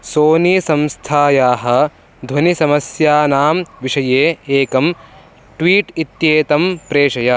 सोनी संस्थायाः ध्वनिसमस्यानां विषये एकं ट्वीट् इत्येतं प्रेषय